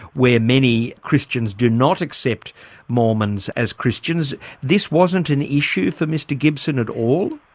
where many christians do not accept mormons as christians. this wasn't an issue for mr gibson at all?